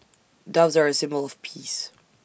doves are A symbol of peace